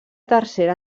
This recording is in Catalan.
tercera